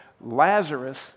Lazarus